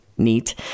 neat